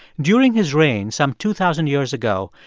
during his reign some two thousand years ago,